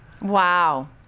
Wow